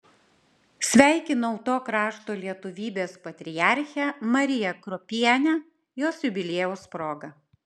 sveikinau to krašto lietuvybės patriarchę mariją kruopienę jos jubiliejaus proga